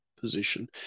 position